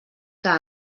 que